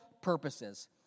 purposes